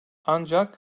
ancak